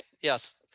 Yes